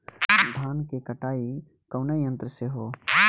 धान क कटाई कउना यंत्र से हो?